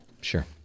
Sure